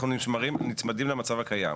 אנחנו נצמדים למצב הקיים,